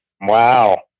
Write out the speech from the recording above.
wow